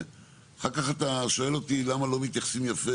אחר כך אתה שואל אותי למה לא מתייחסים יפה